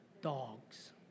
Dogs